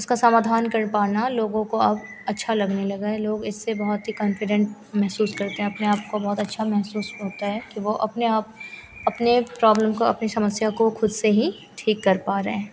उसका समाधान कर पाना लोगों को अब अच्छा लगने लगा है लोग इससे बहुत ही कॉन्फिडेन्ट महसूस करते हैं अपने आपको बहुत अच्छा महसूस होता है कि वह अपने आप अपनी प्रॉब्लम को अपनी समस्या को खुद से ही ठीक कर पा रहे हैं